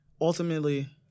ultimately